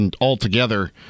altogether